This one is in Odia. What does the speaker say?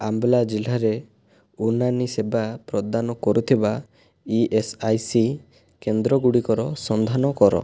ଅମ୍ବାଲା ଜିଲ୍ଲାରେ ଉନାନି ସେବା ପ୍ରଦାନ କରୁଥିବା ଇଏସ୍ଆଇସି କେନ୍ଦ୍ରଗୁଡ଼ିକର ସନ୍ଧାନ କର